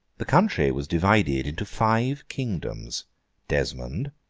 the country was divided into five kingdoms desmond,